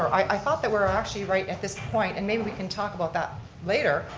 i thought that we're actually right at this point and maybe we can talk about that later.